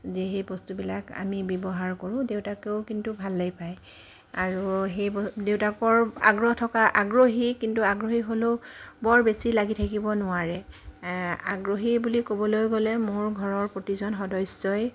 দি সেই বস্তুবিলাক আমি ব্যৱহাৰ কৰোঁ দেউতাকেও কিন্তু ভালেই পায় আৰু সেই ব দেউতাকৰ আগ্ৰহ থকা আগ্ৰহী কিন্তু আগ্ৰহী হ'লেও বৰ বেছি লাগি থাকিব নোৱাৰে আগ্ৰহী বুলি ক'বলৈ গ'লে মোৰ ঘৰৰ প্ৰতিজন সদস্যই